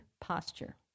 posture